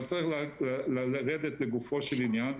אבל צריך לרדת לגופו של עניין,